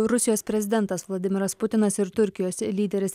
rusijos prezidentas vladimiras putinas ir turkijos lyderis